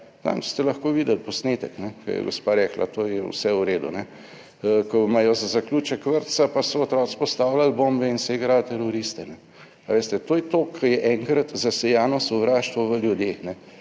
Danes ste lahko videli posnetek, ko je gospa rekla, to je vse v redu, ko imajo za zaključek vrtca, pa so otroci postavljali bombe in se igrali teroriste. A veste, to je to, ko je enkrat zasejano sovraštvo v ljudeh,